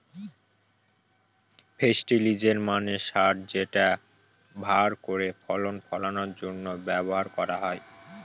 ফেস্টিলিজের মানে সার যেটা ভাল করে ফসল ফলানোর জন্য ব্যবহার করা হয়